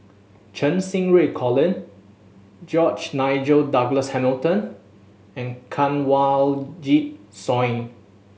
Cheng Xinru Colin George Nigel Douglas Hamilton and Kanwaljit Soin